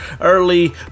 early